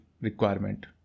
requirement